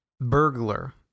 burglar